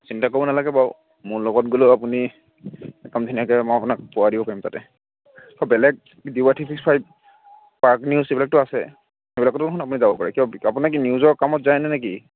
চিন্তা কৰিব নালাগে বাৰু মোৰ লগত গ'লে আপুনি কামখিনি আপোনাক কৰাই দিব পাৰিম তাতে বেলেগ D Y three six five Prag news সেইবিলাকতো আছে সেইবিলাকতোচোন আপুনি যাব পাৰে কিয় আপোনাৰ কি নিউজৰ কামত যায়নে নে কি